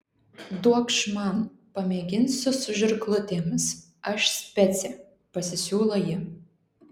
duokš man pamėginsiu su žirklutėmis aš specė pasisiūlo ji